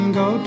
go